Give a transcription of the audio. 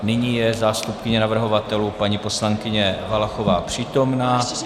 Nyní je zástupkyně navrhovatelů paní poslankyně Valachová přítomna.